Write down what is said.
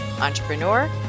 entrepreneur